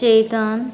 Chetan